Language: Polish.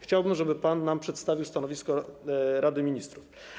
Chciałbym, żeby pan nam przedstawił stanowisko Rady Ministrów.